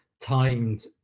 timed